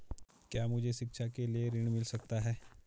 क्या मुझे शिक्षा के लिए ऋण मिल सकता है?